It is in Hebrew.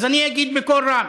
אני אגיד בקול רם: